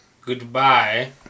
Goodbye